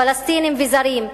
פלסטינים וזרים.